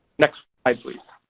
next slide please.